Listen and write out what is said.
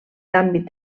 l’àmbit